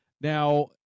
Now